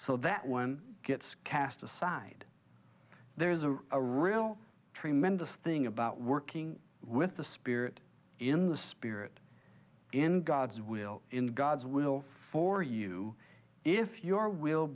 so that one gets cast aside there is a a real tremendous thing about working with the spirit in the spirit in god's will in god's will for you if your will